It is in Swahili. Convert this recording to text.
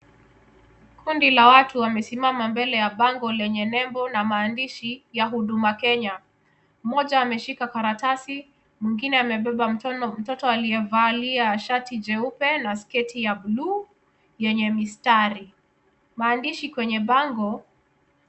Kuna la watu wamesimama mbele bango lenye nembo lenye maandishi ya HUDUMA KENYA. Mmoja ameshika karatasi, mwingine amebeba mtoto aliyevalia shati jeupe na sketi ya buluu lenye mistari. Maandishi kwenye bango,